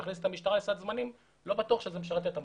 להכניס את המשטרה לסד זמנים לא בטוח שזה משרת את המטרה.